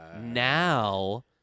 Now